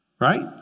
right